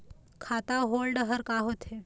खाता होल्ड हर का होथे?